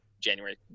January